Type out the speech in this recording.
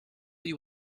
you